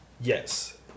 Yes